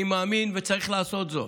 אני מאמין, וצריך לעשות זאת,